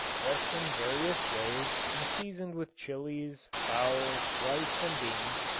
dressed in various ways, and seasoned with chillies, fowls, rice, and beans,